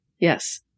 Yes